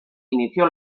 inició